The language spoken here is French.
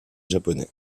japonais